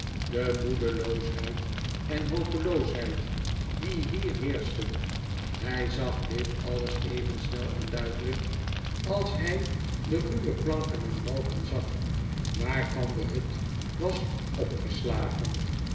de moedeloosheid en hopeloosheid die hier heerschten hij zag dit alles even snel en duidelijk als hij de ruwe planken en balken zag waarvan de hut was opgeslagen